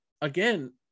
again